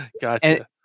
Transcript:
Gotcha